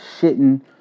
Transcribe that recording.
shitting